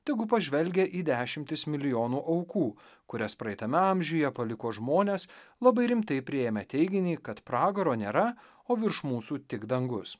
tegu pažvelgia į dešimtis milijonų aukų kurias praeitame amžiuje paliko žmonės labai rimtai priėmę teiginį kad pragaro nėra o virš mūsų tik dangus